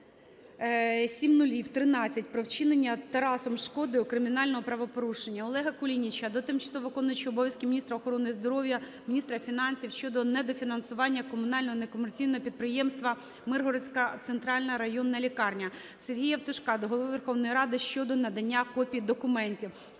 про вчинення Тарасом Шкодою кримінального правопорушення. Олега Кулініча до тимчасово виконуючої обов'язки міністра охорони здоров'я, міністра фінансів щодо недофінансування комунального некомерційного підприємства "Миргородська центральна районна лікарня". Сергія Євтушка до Голови Верховної Ради щодо надання копій документів.